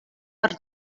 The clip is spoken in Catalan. per